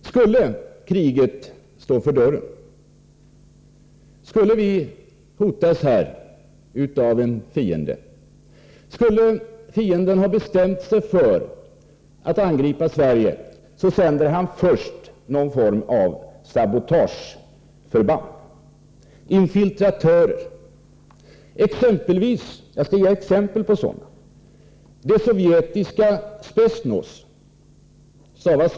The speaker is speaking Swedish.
Skulle kriget stå för dörren och vi hotas av en fiende som har bestämt sig för att angripa Sverige, kan vi räkna med att han först sänder någon form av diversionsförband, infiltratörer och sabotörer. Jag skall ge exempel på sådana: de sovjetiska ”spetznaz”.